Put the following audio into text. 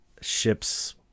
ships